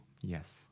Yes